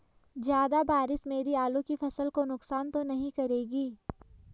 ज़्यादा बारिश मेरी आलू की फसल को नुकसान तो नहीं करेगी?